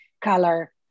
color